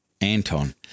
Anton